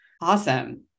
Awesome